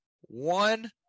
one